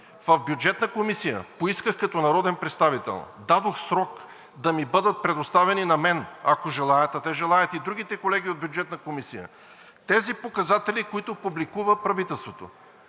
В Бюджетната комисия поисках като народен представител, дадох срок да ми бъдат предоставени на мен, ако желаят, а те желаят – другите колеги от Бюджетната комисия, тези показатели, които публикува правителството.